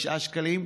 9 שקלים,